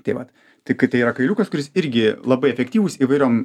taip vat tai kai tai yra kailiukas kuris irgi labai efektyvus įvairiom